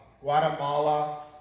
Guatemala